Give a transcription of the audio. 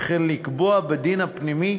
וכן לקבוע בדין הפנימי